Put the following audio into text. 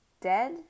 Dead